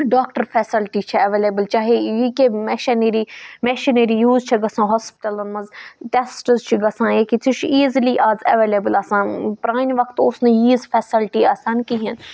doctor facility چھِ available چاہے یہِ کیٛاہ میشَنٔری میشنٔری یوٗز چھِ گژھان ہاسپِٹَلَن مَنٛز ٹیسٹٕز چھِ گَژھان ییکہِ سُہ چھُ ایٖزلی اَز اٚویلیبٕل آسان پرانہِ وَقتہٕ اوس نہٕ ییٖژ فیسَلٹی آسان کِہیٖنۍ